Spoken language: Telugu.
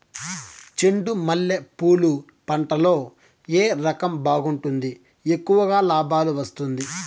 చెండు మల్లె పూలు పంట లో ఏ రకం బాగుంటుంది, ఎక్కువగా లాభాలు వస్తుంది?